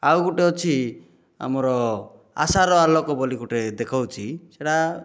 ଆଉ ଗୋଟେ ଅଛି ଆମର ଆଶାର ଆଲୋକ ବୋଲି ଗୋଟେ ଦେଖଉଛି ସେଟା